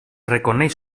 reconeix